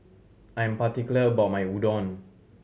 I'm particular about my Udon